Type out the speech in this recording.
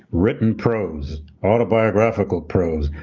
written prose, autobiographical prose,